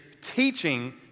teaching